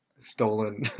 stolen